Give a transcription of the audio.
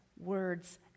words